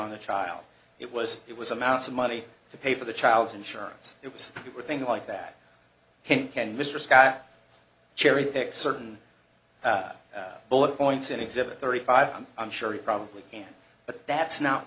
on the child it was it was amounts of money to pay for the child's insurance it was a thing like that and can mr scott cherry pick certain bullet points in exhibit thirty five and i'm sure he probably can but that's not